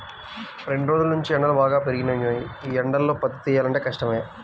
రెండ్రోజుల్నుంచీ ఎండలు బాగా పెరిగిపోయినియ్యి, యీ ఎండల్లో పత్తి తియ్యాలంటే కష్టమే